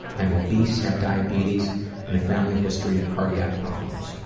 i'm obese, have diabetes and a family history of cardiac problems.